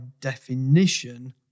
definition